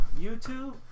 YouTube